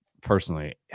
personally